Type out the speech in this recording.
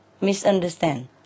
misunderstand